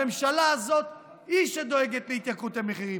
הממשלה הזאת היא שדואגת להתייקרות המחירים,